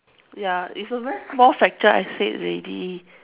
ya it's a very small fracture I said already